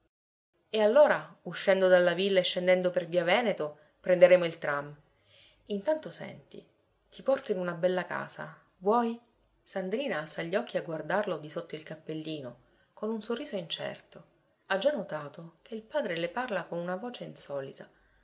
e allora uscendo dalla villa escendendo per via veneto prenderemo il tram intanto senti ti porto in una bella casa vuoi sandrina alza gli occhi a guardarlo di sotto il cappellino con un sorriso incerto ha già notato che il padre le parla con una voce insolita